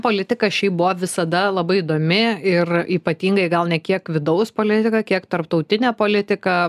politika šiaip buvo visada labai įdomi ir ypatingai gal ne kiek vidaus politika kiek tarptautinė politika